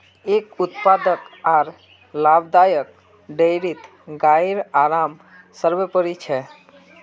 एक उत्पादक आर लाभदायक डेयरीत गाइर आराम सर्वोपरि छ